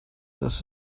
dass